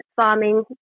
farming